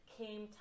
came